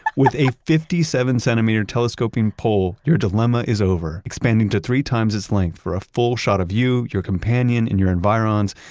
with a fifty seven centimeter telescoping pole, your dilemma is over expanding to three times its length for a full shot of you, your companion, and your environs.